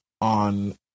on